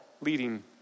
leading